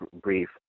brief